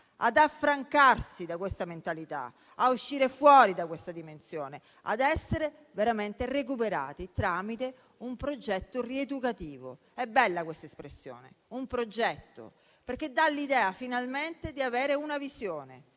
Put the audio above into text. ad affrancarsi da una tale mentalità, a uscire fuori da un tale dimensione, ad essere veramente recuperati tramite un progetto rieducativo. È bella l'espressione "un progetto" perché dà l'idea finalmente di avere una visione,